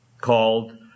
called